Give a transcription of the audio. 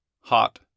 hot